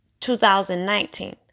2019